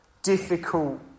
Difficult